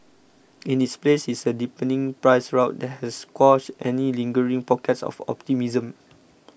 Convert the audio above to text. in its place is a deepening price rout that has quashed any lingering pockets of optimism